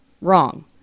wrong